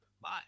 Bye